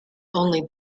only